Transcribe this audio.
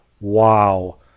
Wow